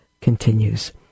continues